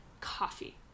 coffee